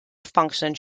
functions